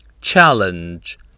Challenge